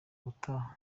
ubutaha